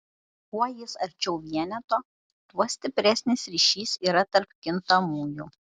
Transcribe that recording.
kuo jis arčiau vieneto tuo stipresnis ryšys yra tarp kintamųjų